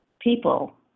people